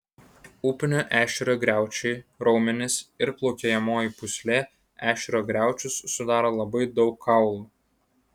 upinio ešerio griaučiai raumenys ir plaukiojamoji pūslė ešerio griaučius sudaro labai daug kaulų